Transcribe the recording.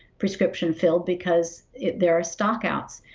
prescription filled because their stock counts.